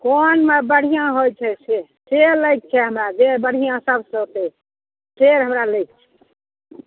कोन बढ़िआँ होय छै से से लै के छै हमरा जे बढ़िआँ सबसँ फेर से हमरा लैके छै